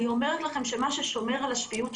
אני אומרת לכם שמה ששומר על השפיות שלי,